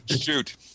Shoot